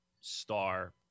star